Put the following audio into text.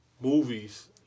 movies